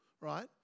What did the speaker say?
right